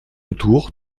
autour